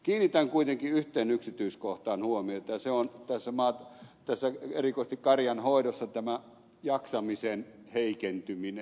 kiinnitän kuitenkin yhteen yksityiskohtaan huomiota ja se on erikoisesti tässä karjanhoidossa tämä jaksamisen heikentyminen